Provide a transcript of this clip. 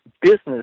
business